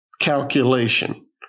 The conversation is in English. calculation